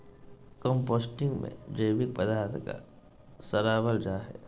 composting में जैविक पदार्थ के सड़ाबल जा हइ